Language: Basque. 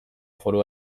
foru